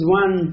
one